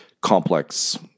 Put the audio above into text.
complex